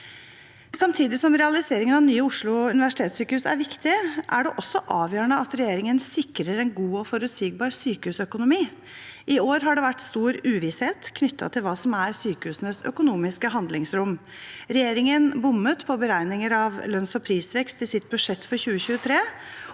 Samtidig som realiseringen av nye Oslo universitetssykehus er viktig, er det også avgjørende at regjeringen sikrer en god og forutsigbar sykehusøkonomi. I år har det vært stor uvisshet knyttet til hva som er sykehusenes økonomiske handlingsrom. Regjeringen bommet på beregninger av lønns- og prisvekst i sitt budsjett for 2023,